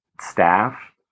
staff